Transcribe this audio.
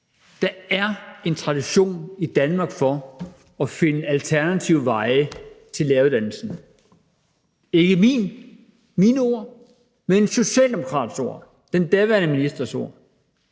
der er en tradition i Danmark for at finde alternative veje til læreruddannelsen; det er ikke mine ord, men en socialdemokrats ord, den daværende ministers ord.